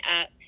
up